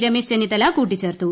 രമേശ് ചെന്നീത്തല കൂട്ടിച്ചേർത്തു